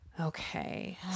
Okay